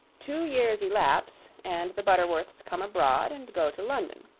two years elapse, and the butterworths come abroad and go to london.